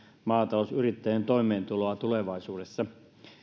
maatalousyrittäjien toimeentuloa tulevaisuudessa